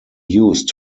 used